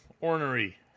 ornery